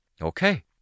Okay